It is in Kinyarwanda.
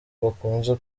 bakunze